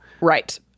right